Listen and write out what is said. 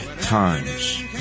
times